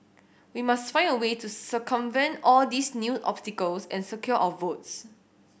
we must find a way to circumvent all these new obstacles and secure our votes